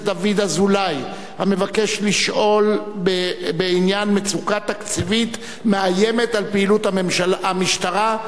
דוד אזולאי המבקש לשאול בעניין מצוקה תקציבית המאיימת על פעילות המשטרה.